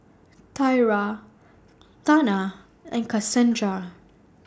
Tiera Tana and Kasandra